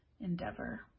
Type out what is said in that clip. endeavor